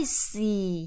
see